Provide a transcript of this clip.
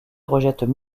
rejettent